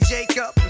Jacob